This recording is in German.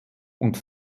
und